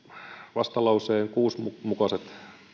vastalauseen kuusi mukaiset